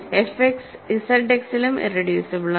F X Z എക്സിലും irreducible ആണ്